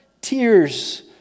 tears